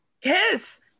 Kiss